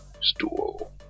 stool